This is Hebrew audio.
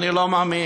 אני לא מאמין.